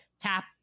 tap